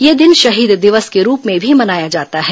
यह दिन शहीद दिवस के रूप में भी मनाया जाता है